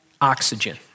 oxygen